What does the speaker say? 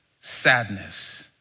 sadness